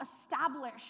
establish